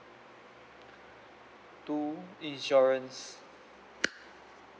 two insurance